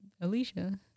Alicia